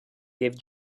gave